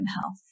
health